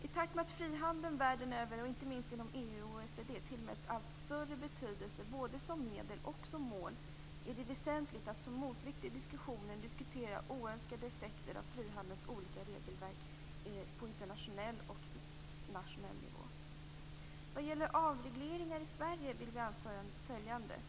I takt med att frihandeln världen över, inte minst inom EU och OECD, tillmäts allt större betydelse både som medel och som mål, är det väsentligt att som motvikt i diskussionen diskutera oönskade effekter av frihandelns olika regelverk på internationell och nationell nivå. Vad gäller avregleringar i Sverige vill vi anföra följande.